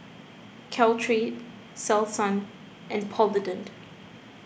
Caltrate Selsun and Polident